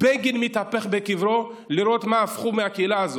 בגין מתהפך בקברו לראות למה הפכו את הקהילה הזאת.